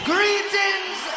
Greetings